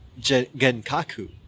Genkaku